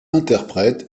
interprètes